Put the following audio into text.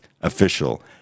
official